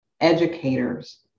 educators